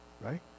right